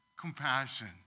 compassion